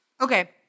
Okay